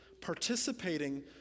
participating